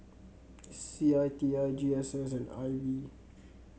C I T I G S S and I B